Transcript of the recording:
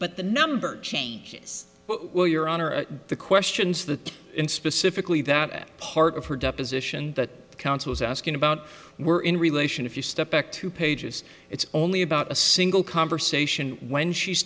but the number changes while your honor the questions that in specifically that part of her deposition that counsel is asking about were in relation if you step back two pages it's only about a single conversation when she's